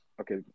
okay